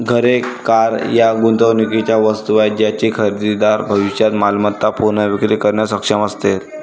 घरे, कार या गुंतवणुकीच्या वस्तू आहेत ज्याची खरेदीदार भविष्यात मालमत्ता पुनर्विक्री करण्यास सक्षम असेल